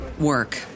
Work